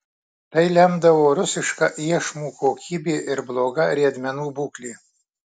tai lemdavo rusiška iešmų kokybė ir bloga riedmenų būklė